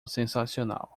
sensacional